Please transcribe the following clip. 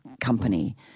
company